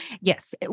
Yes